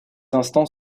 instants